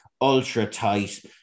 ultra-tight